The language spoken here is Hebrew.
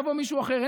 יבוא מישהו אחר.